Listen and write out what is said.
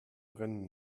brennen